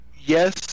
Yes